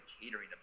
catering